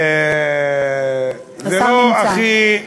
תודה.